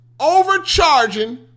overcharging